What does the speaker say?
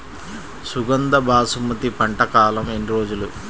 సుగంధ బాసుమతి పంట కాలం ఎన్ని రోజులు?